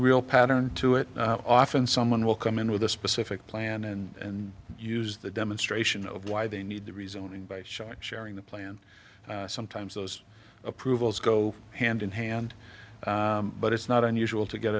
real pattern to it often someone will come in with a specific plan and use the demonstration of why they need the reasoning by shock sharing the plan sometimes those approvals go hand in hand but it's not unusual to get